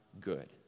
good